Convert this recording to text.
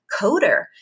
coder